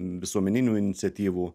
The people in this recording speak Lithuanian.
visuomeninių iniciatyvų